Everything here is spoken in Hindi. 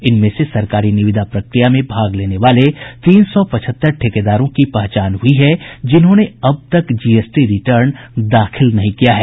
इनमें से सरकारी निविदा प्रक्रिया में भाग लेने वाले तीन सौ पचहत्तर ठेकेदारों की पहचान हुई है जिन्होंने अब तक जीएसटी रिटर्न दाखिल नहीं किया है